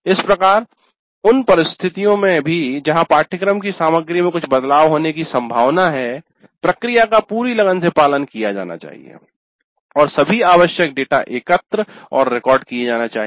इस प्रकार उन स्थितियों में भी जहां पाठ्यक्रम की सामग्री में कुछ बदलाव होने की संभावना है प्रक्रिया का पूरी लगन से पालन किया जाना चाहिए और सभी आवश्यक डेटा एकत्र और रिकॉर्ड किए जाने चाहिए